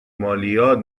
مالیات